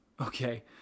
Okay